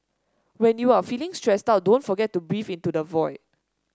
when you are feeling stressed out don't forget to breathe into the void